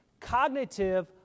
cognitive